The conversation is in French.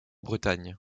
bretagne